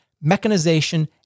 mechanization